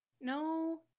No